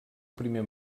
primer